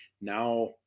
now